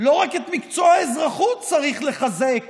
לא רק את מקצוע האזרחות צריך לחזק